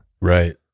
Right